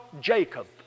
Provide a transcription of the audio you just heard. Jacob